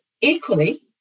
equally